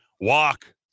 Walk